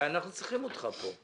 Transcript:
אנחנו צריכים אותך כאן.